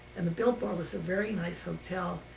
and the biltmore was a very nice hotel,